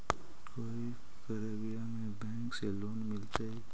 कोई परबिया में बैंक से लोन मिलतय?